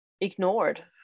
ignored